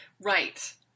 Right